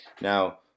Now